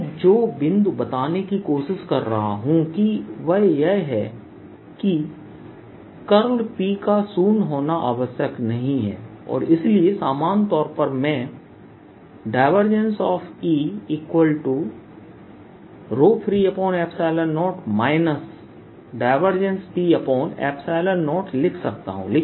मैं जो बिंदु बताने की कोशिश कर रहा हूं कि वह यह है कि P का शून्य होना आवश्यक नहीं है और इसलिए सामान्य तौर पर मैं E Free0 P0 लिख सकता हूं